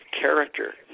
character